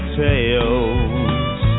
tales